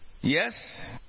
Yes